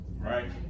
right